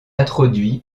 introduit